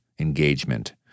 engagement